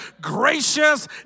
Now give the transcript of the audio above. gracious